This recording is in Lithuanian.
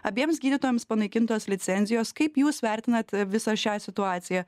abiems gydytojams panaikintos licencijos kaip jūs vertinat visą šią situaciją